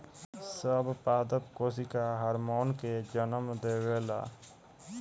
सब पादप कोशिका हार्मोन के जन्म देवेला